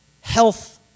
health